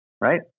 Right